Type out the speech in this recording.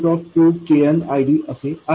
2 KN ID असे आहे